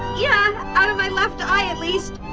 yeah, out of my left eye at least